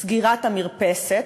סגירת המרפסת,